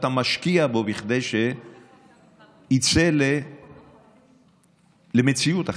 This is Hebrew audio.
או שאתה משקיע בו כדי שיצא למציאות אחרת?